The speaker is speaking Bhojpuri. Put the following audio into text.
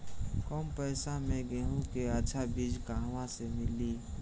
कम पैसा में गेहूं के अच्छा बिज कहवा से ली?